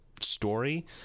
story